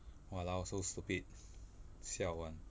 !walao! so stupid siao [one]